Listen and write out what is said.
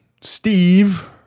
Steve